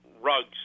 rugs